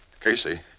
Casey